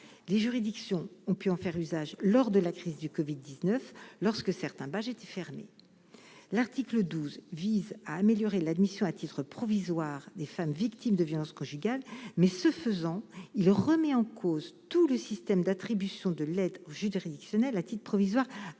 les juridictions, on peut en faire usage, lors de la crise du Covid 19 lorsque certains bah j'était fermé, l'article 12 vise à améliorer l'admission à titre provisoire des femmes victimes de violences conjugales, mais ce faisant, il remet en cause tout le système d'attribution de l'aide juridictionnelle, à titre provisoire actuel